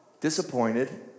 disappointed